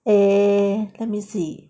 err let me see